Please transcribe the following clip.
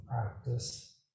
practice